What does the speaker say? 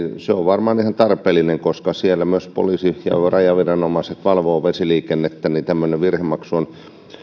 on varmaan ihan tarpeellinen koska siellä myös poliisi ja rajaviranomaiset valvovat vesiliikennettä niin tämmöinen virhemaksu